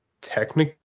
technically